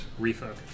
Refocus